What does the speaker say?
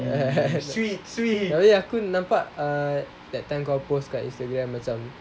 abeh aku nampak that time kau post kat instagram macam